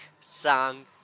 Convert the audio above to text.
song